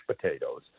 potatoes